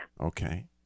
Okay